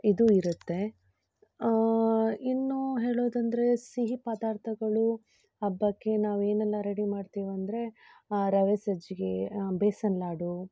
ಇದು ಇರುತ್ತೆ ಇನ್ನೂ ಹೇಳೋದೆಂದರೆ ಸಿಹಿ ಪದಾರ್ಥಗಳು ಹಬ್ಬಕ್ಕೆ ನಾವೇನೆಲ್ಲ ರೆಡಿ ಮಾಡ್ತೀವೆಂದರೆ ರವೆ ಸಜ್ಜಿಗೆ ಬೇಸನ್ ಲಾಡು